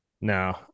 No